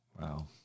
Wow